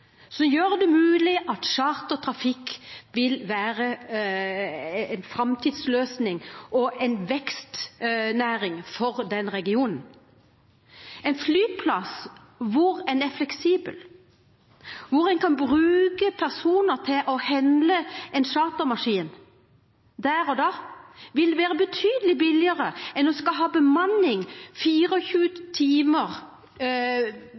flyplass hvor en er fleksibel, hvor en kan bruke personer til å håndtere en chartermaskin der og da, vil være betydelig billigere enn å ha bemanning